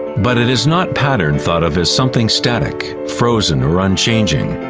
but it is not pattern thought of as something static, frozen or unchanging,